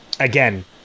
Again